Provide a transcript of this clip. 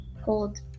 hold